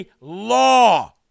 law